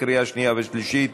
לקריאה שנייה ושלישית.